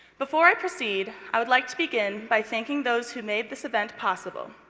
before i proceed, i would like to begin by thanking those who made this event possible.